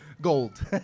gold